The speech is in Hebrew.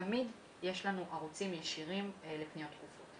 תמיד יש לנו ערוצים ישירים לפניות ציבור.